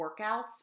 workouts